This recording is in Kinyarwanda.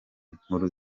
inkuru